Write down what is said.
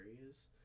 areas